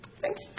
Thanks